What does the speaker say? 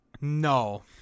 No